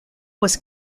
was